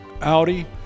Audi